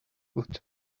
بود